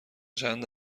چند